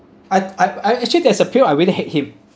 I I actually there's a point I really hate him